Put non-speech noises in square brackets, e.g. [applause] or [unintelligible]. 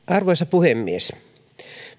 [unintelligible] arvoisa puhemies